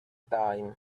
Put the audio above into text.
time